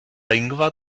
ingwer